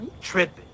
Tripping